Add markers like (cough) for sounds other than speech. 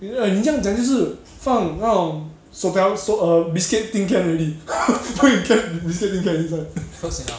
eh 你这样讲就是放那种 err biscuit tin can already (laughs) all you get in biscuit tin can inside (laughs)